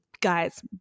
guys